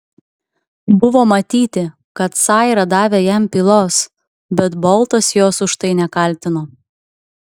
buvo matyti kad saira davė jam pylos bet boltas jos už tai nekaltino